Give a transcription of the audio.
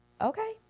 Okay